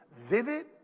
vivid